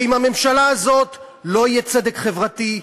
עם הממשלה הזאת לא יהיה צדק חברתי,